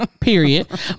period